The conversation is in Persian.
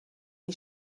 این